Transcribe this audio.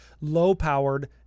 low-powered